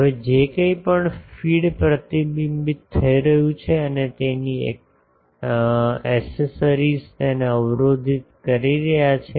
હવે જે કંઈપણ ફીડ પ્રતિબિંબિત થઈ રહ્યું છે અને તેના એક્સેસરીઝ તેને અવરોધિત કરી રહ્યા છે